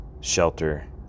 shelter